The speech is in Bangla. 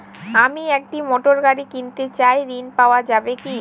আমি একটি মোটরগাড়ি কিনতে চাই ঝণ পাওয়া যাবে?